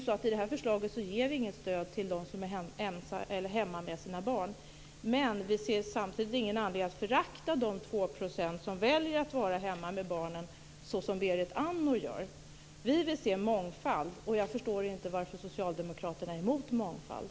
I det här förslaget ger vi inget stöd till dem som är hemma med sina barn, men vi ser samtidigt ingen anledning att, såsom Berit Andnor gör, förakta de 2 % som väljer att vara hemma med barnen. Vi vill se mångfald, och jag förstår inte varför socialdemokraterna är emot mångfald.